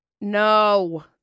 No